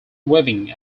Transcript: weaving